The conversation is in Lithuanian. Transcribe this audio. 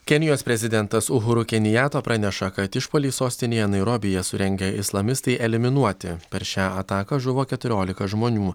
kenijos prezidentas uhuru kenijato praneša kad išpuolį sostinėje nairobyje surengę islamistai eliminuoti per šią ataką žuvo keturiolika žmonių